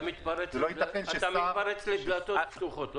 אתה מתפרץ לדלתות פתוחות.